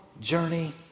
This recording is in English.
journey